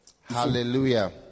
Hallelujah